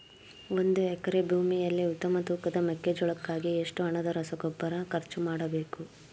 ಒಂದು ಎಕರೆ ಭೂಮಿಯಲ್ಲಿ ಉತ್ತಮ ತೂಕದ ಮೆಕ್ಕೆಜೋಳಕ್ಕಾಗಿ ಎಷ್ಟು ಹಣದ ರಸಗೊಬ್ಬರ ಖರ್ಚು ಮಾಡಬೇಕು?